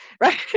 right